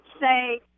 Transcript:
say